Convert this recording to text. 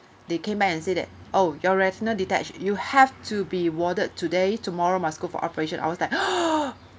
they came back and say that oh you're retina detached you have to be warded today tomorrow must go for operation I was like !whoa!